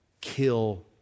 kill